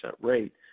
rate